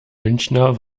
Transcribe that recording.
münchener